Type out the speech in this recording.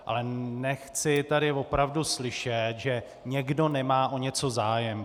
Ale nechci tady opravdu slyšet, že někdo nemá o něco zájem.